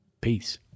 Peace